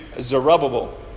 Zerubbabel